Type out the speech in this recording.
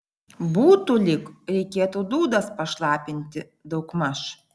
būtų lyg reikėtų dūdas pašlapinti daugmaž